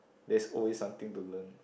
there's always something to learn